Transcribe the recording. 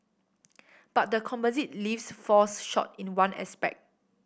but the composite lifts falls short in one aspect